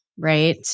right